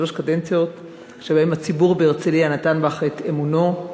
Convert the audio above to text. שלוש קדנציות שבהן הציבור בהרצלייה נתן בך את אמונו,